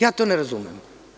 Ja to ne razumem.